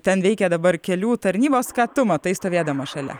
ten veikia dabar kelių tarnybos ką tu matai stovėdamas šalia